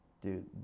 Dude